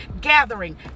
gathering